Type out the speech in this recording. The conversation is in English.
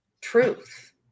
truth